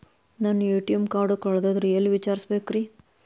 ನನ್ನ ATM card ಕಳದದ್ರಿ ಎಲ್ಲಿ ವಿಚಾರಿಸ್ಬೇಕ್ರಿ?